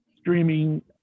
streaming